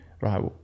right